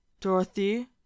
Dorothy